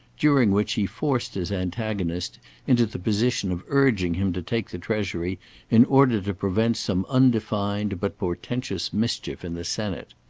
during which he forced his antagonist into the position of urging him to take the treasury in order to prevent some undefined but portentous mischief in the senate.